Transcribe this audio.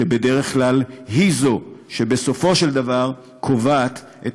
שבדרך כלל היא זו שבסופו של דבר קובעת את